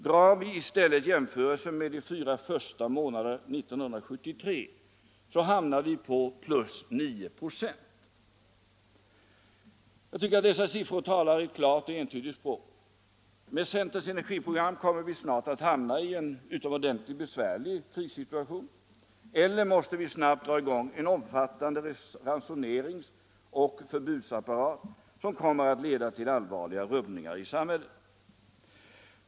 Gör vi i stället jämförelsen med de fyra första månaderna 1973 hamnar vi på plus 9 96. Jag tycker att dessa siffror talar ett klart och entydigt språk. Med centerns energiprogram kommer vi snart att hamna i en utomordentligt besvärlig krissituation eller också måste vi snabbt dra i gång en omfattande ransoneringsoch förbudsapparat, som kommer att leda till allvarliga rubbningar i samhället.